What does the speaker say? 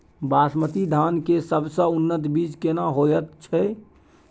बासमती धान के सबसे उन्नत बीज केना होयत छै?